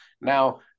Now